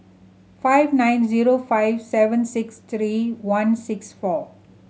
five nine zero five seven six three one six four